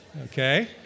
Okay